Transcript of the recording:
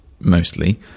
mostly